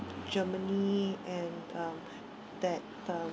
germany and um that um